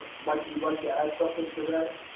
um mike, you'd like to add something to that?